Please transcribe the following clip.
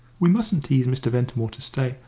we mustn't tease mr. ventimore to stay,